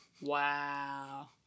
wow